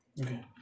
okay